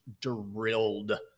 drilled